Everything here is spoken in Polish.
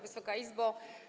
Wysoka Izbo!